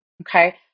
Okay